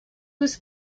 was